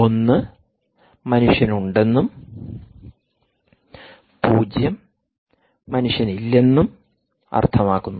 ഒന്ന് മനുഷ്യൻ ഉണ്ടെന്നും പൂജ്യം മനുഷ്യൻ ഇല്ലെന്നും അർത്ഥമാക്കുന്നു